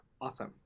awesome